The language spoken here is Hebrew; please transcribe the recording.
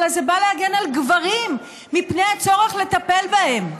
אלא זה בא להגן על גברים מפני הצורך לטפל בהם.